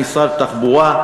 עם משרד התחבורה,